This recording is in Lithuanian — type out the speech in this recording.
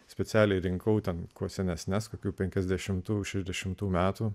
specialiai rinkau ten kuo senesnes kokių penkiasdešimtų šešiasdešimtų metų